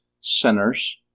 sinners